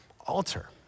alter